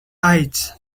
eyes